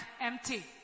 empty